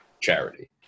charity